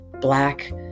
black